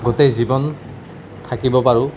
গোটেই জীৱন থাকিব পাৰোঁ